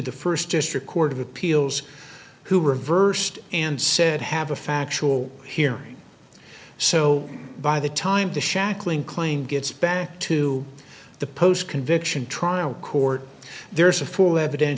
the first district court of appeals who reversed and said have a factual hearing so by the time the shackling claim gets back to the post conviction trial court there's a full evident